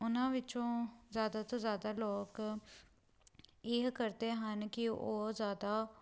ਉਹਨਾਂ ਵਿੱਚੋਂ ਜ਼ਿਆਦਾ ਤੋਂ ਜ਼ਿਆਦਾ ਲੋਕ ਇਹ ਕਰਦੇ ਹਨ ਕਿ ਉਹ ਜ਼ਿਆਦਾ